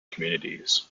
communities